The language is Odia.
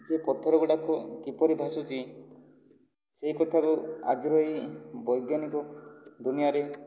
ସେ ପଥର ଗୁଡ଼ାକ କିପରି ଭାସୁଛି ସେହି କଥାକୁ ଆଜିର ଏଇ ବୈଜ୍ଞାନିଜ ଦୁନିଆଁରେ